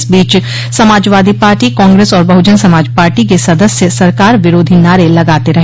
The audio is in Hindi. इस बीच समाजवादी पार्टी कांग्रेस और बहुजन समाज पार्टी के सदस्य सरकार विरोधी नारे लगाते रहे